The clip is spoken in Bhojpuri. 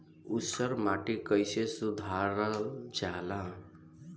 ऊसर माटी कईसे सुधार जाला?